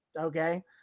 Okay